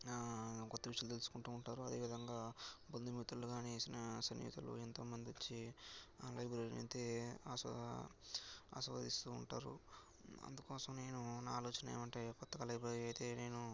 కొత్త విషయాలు తెలుసుకుంటు ఉంటారు అదేవిధంగా బంధుమిత్రులు కానీ నా సన్నిహితులు ఎంతో మంది వచ్చి ఆ లైబ్రరీనైతే ఆస్వా ఆస్వాదిస్తూ ఉంటారు అందుకోసం నేను నా ఆలోచనేమంటే కొత్తగా లైబ్రరీ అయితే నేను